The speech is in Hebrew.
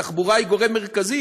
התחבורה היא גורם מרכזי,